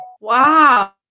Wow